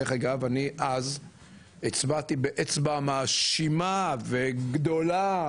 דרך אגב אני אז הצבעתי באצבע מאשימה וגדולה